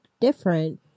different